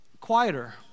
quieter